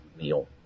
meal